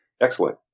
Excellent